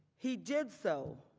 he did so,